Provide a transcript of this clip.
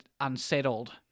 unsettled